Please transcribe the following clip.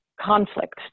conflict